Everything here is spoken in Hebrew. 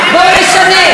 בואו נשנה,